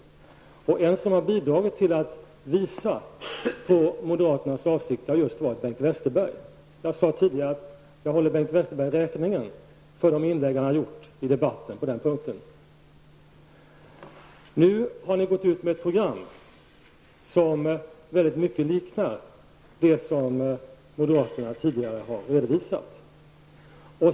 En som har bidragit till att visa på moderaternas avsikt har just varit Bengt Westerberg. Jag sade tidigare att jag håller Bengt Westerberg räkning för de inlägg han har gjort i debatten på den punkten. Nu har ni gått ut med ett program som väldigt mycket liknar det som moderaterna tidigare har redovisat.